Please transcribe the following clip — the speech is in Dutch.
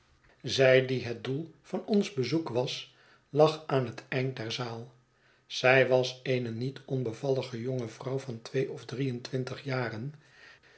zij die het doel van ons bezoek was lag aan het eind der zaal zij was eene niet onbevallige jonge vrouw van twee of drie en twintig jaren